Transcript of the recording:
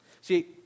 See